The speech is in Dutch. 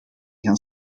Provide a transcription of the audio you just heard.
gaan